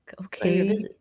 okay